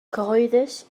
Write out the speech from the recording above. cyhoeddus